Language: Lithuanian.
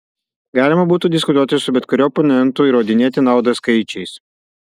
galima būtų diskutuoti su bet kuriuo oponentu įrodinėti naudą skaičiais